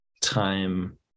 time